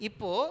Ipo